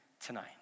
tonight